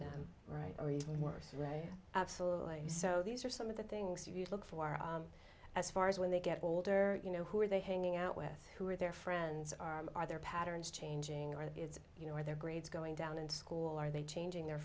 them right or even worse absolutely so these are some of the things you look for as far as when they get older you know who are they hanging out with who are their friends are are their patterns changing or it's you know or their grades going down in school are they changing their